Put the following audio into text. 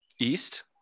east